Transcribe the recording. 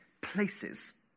places